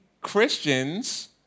Christians